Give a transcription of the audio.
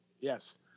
Yes